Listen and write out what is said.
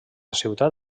ciutat